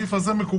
הסעיף הזה מקובל.